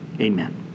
Amen